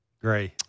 Great